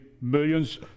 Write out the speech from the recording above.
millions